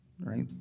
right